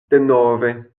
denove